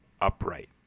upright